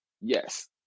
Yes